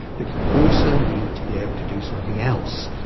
but you also need to be able to do something else,